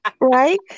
Right